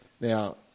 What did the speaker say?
Now